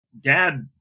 dad